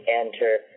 enter